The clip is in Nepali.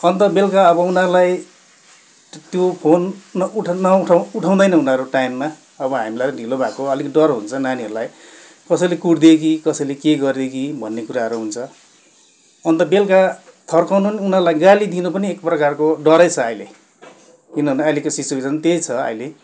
अन्त बेलुका अब उनीहरूलाई त्यो फोन नउठा नउठा उठाउँदैन उनीहरू टाइममा अब हामीलाई ढिलो भएको अलिक डर हुन्छ नानीहरूलाई कसैले कुटिदियो कि कसैले के गर्यो कि भन्ने कुराहरू हुन्छ अन्त बेलुका थर्काउनु नि उनीहरूलाई गाली दिनु पनि एकप्रकारको डरै छ अहिले किनभने अहिलेको सिचुएसन त्यही छ अहिले